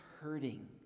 hurting